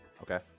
Okay